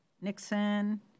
Nixon